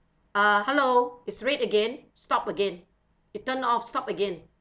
ah hello is red again stop again it turn off stop again